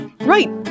Right